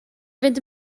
fynd